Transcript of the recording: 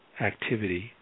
activity